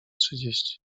trzydzieści